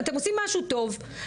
אתם עושים משהו טוב,